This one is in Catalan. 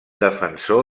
defensor